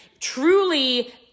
truly